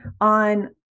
on